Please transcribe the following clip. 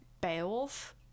Beowulf